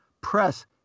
press